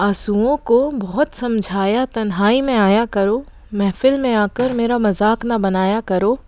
ऑंसुओं को बहुत समझाया तन्हाई में आया करो महफ़िल में आ कर मेरा मज़ाक ना बनाया करो